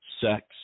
sex